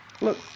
Look